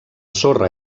sorra